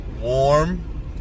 warm